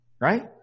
Right